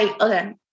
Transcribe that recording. okay